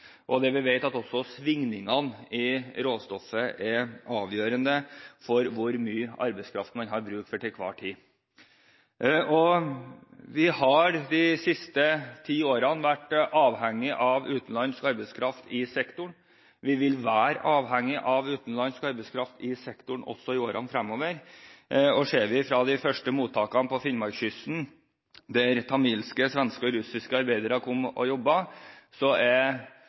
og vi vet at svingningene i tilgang på råstoffet er avgjørende for hvor mye arbeidskraft man har bruk for til enhver tid. Vi har de siste ti årene vært avhengig av utenlandsk arbeidskraft i sektoren, og vi vil være avhengig av utenlandsk arbeidskraft i sektoren også i årene fremover. Hvis vi ser på de første fiskemottakene på Finnmarkskysten, der tamilske, svenske og russiske arbeidere kom og jobbet, ser man at disse arbeiderne i dag er